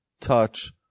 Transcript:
touch